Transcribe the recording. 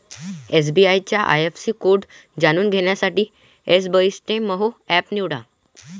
SBI चा IFSC code जाणून घेण्यासाठी एसबइस्तेमहो एप निवडा